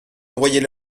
envoyer